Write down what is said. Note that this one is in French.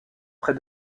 près